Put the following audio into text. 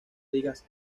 digas